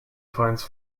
finds